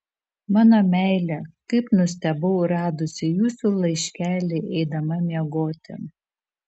mano meile kaip nustebau radusi jūsų laiškelį eidama miegoti